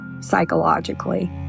psychologically